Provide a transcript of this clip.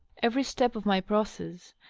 every step of my process,